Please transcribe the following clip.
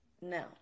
No